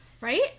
right